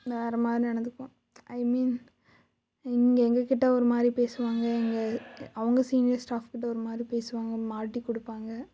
வேற மாதிரி நடந்துக்குவா ஐ மீன் இங்கே எங்கக்கிட்ட ஒரு மாதிரி பேசுவாங்க எங்கள் அவங்க சீனியர் ஸ்டாஃப்கிட்ட ஒரு மாதிரி பேசுவாங்க மாட்டிக் கொடுப்பாங்க